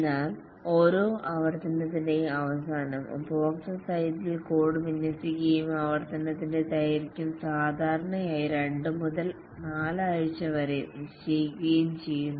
എന്നാൽ ഓരോ ആവർത്തനത്തിൻറെയും അവസാനം ഉപഭോക്തൃ സൈറ്റിൽ കോഡ് വിന്യസിക്കുകയും ആവർത്തനത്തിന്റെ ദൈർഘ്യം സാധാരണയായി 2 മുതൽ 4 ആഴ്ച വരെ നിശ്ചയിക്കുകയും ചെയ്യുന്നു